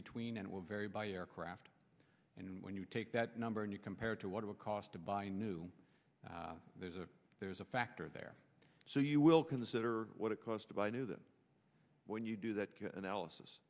between and will vary by aircraft and when you take that and you compared to what it would cost to buy a new there's a there's a factor there so you will consider what it cost to buy new them when you do that analysis